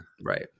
right